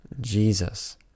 jesus